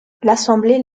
l’assemblée